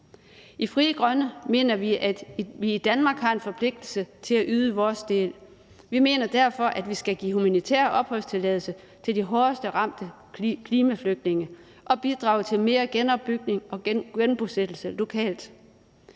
I Frie Grønne mener vi, at vi i Danmark har en forpligtelse til at yde vores del. Vi mener derfor, at vi skal give humanitær opholdstilladelse til de hårdest ramte klimaflygtninge og bidrage til mere genopbygning og genbosættelse lokalt.